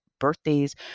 birthdays